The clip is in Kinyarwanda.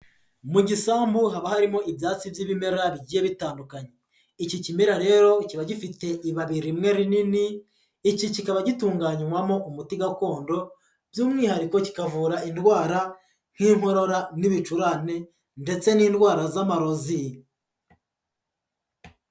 Mu gisambu haba harimo ibyatsi by'ibimera bigiye bitandukanye, iki kimera rero kiba gifite ibabi rimwe rinini, iki kikaba gitunganywamo umuti gakondo, by'umwihariko kikavura indwara nk'inkorora n'ibicurane ndetse n'indwara z'amarozi.